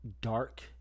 dark